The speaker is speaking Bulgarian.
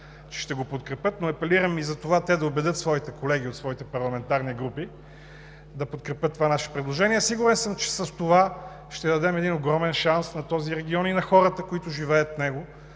че ще го подкрепят, но апелирам и за това те да убедят своите колеги от своите парламентарни групи да подкрепят това наше предложение. Сигурен съм, че с това ще дадем един огромен шанс на този регион и на хората, които живеят в него,